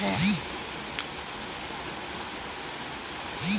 rubber के उत्पादन में भारत चौथे नंबर पर आता है